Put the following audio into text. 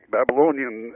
Babylonian